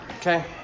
Okay